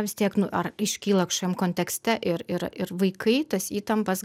vis tiek nu ar iškyla kažkokiam kontekste ir ir ir vaikai tas įtampas